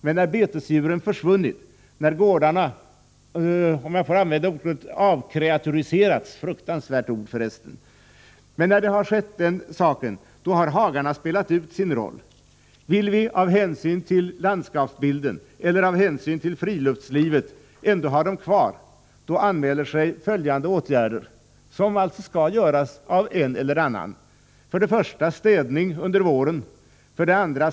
Men när betesdjuren försvunnit, när gårdarna avkreaturiserats — fruktansvärt ord förresten — har hagarna spelat ut sin roll. Vill vi av hänsyn till landskapsbilden eller av hänsyn till friluftslivet ändå ha dem kvar, anmäler sig följande åtgärder, som alltså skall göras av en eller annan: 2.